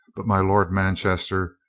but my lord manchester,